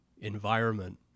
environment